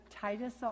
Titus